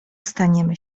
staniemy